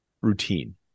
routine